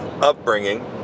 upbringing